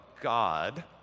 God